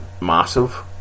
Massive